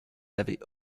avez